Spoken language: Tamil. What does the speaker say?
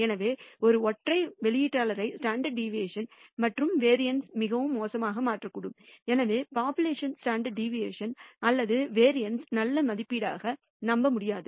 எனவே ஒரு ஒற்றை வெளியீட்டாளர் ஸ்டாண்டர்ட் டிவியேஷன் மற்றும் வேறியன்சயூம் மிகவும் மோசமாக மாற்றக்கூடும் எனவே போப்புலேஷன் ஸ்டாண்டர்ட் டிவியேஷன் அல்லது வேறியன்ஸ் நல்ல மதிப்பீடாக நம்ப முடியாது